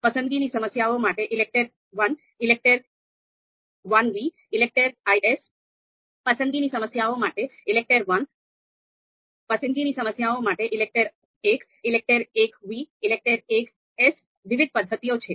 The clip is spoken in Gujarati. પસંદગીની સમસ્યાઓ માટે ELECTRE I ELECTRE Iv ELECTRE Is વિવિધ પદ્ધતિઓ છે